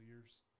years